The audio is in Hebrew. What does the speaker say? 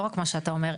לא רק מה שאתה ואמר,